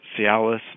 Cialis